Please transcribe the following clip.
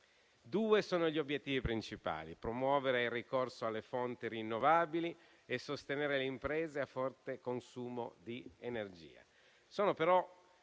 Due sono gli obiettivi principali: promuovere il ricorso alle fonti rinnovabili e sostenere le imprese a forte consumo di energia.